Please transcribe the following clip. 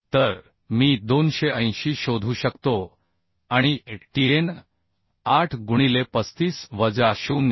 तर मी 280 शोधू शकतो आणि atn 8 गुणिले 35 वजा 0